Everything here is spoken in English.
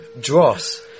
...dross